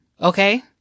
Okay